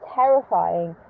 terrifying